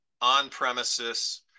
on-premises